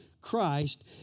Christ